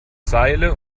seile